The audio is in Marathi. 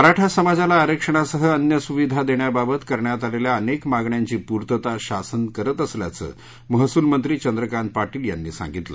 मराठा समाजाला आरक्षणासह अन्य सुविधा देण्याबाबत करण्यात आलेल्या अनेक मागण्यांची पूर्तता शासन करत असल्याचं महसूल मंत्री चंद्रकांत पाटीलयांनी सांगितलं